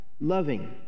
loving